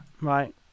Right